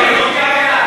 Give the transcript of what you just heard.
גפני, גפני.